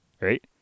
Right